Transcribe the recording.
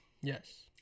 Yes